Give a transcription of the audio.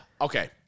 Okay